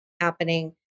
happening